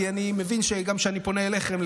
כי אני מבין שגם כשאני פונה אליכם,